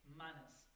manners